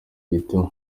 gito